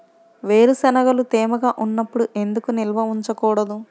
వేరుశనగలు తేమగా ఉన్నప్పుడు ఎందుకు నిల్వ ఉంచకూడదు?